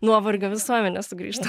nuovargio visuomenę sugrįžtam